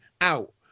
out